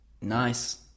Nice